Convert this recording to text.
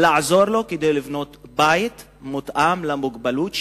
לעזור לו כדי שיוכל לבנות בית מותאם למוגבלות שלו,